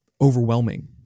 overwhelming